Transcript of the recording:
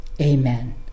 Amen